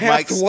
Mike